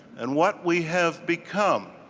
and what we have become.